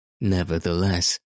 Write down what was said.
Nevertheless